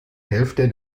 hälfte